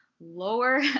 lower